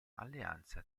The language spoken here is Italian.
alleanza